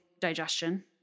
digestion